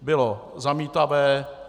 Bylo zamítavé.